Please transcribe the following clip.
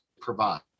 provide